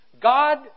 God